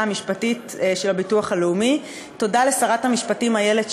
ליועץ שלו אורי קנדל,